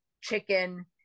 chicken